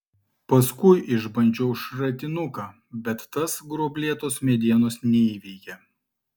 paskui išbandžiau šratinuką bet tas gruoblėtos medienos neįveikė